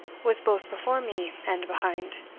was both before me, and behind.